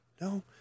no